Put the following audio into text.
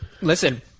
Listen